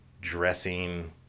dressing